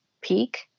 peak